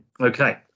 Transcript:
Okay